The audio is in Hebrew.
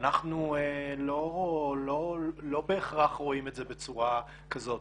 ואנחנו לא בהכרח רואים את זה בצורה כזאת.